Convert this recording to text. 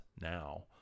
now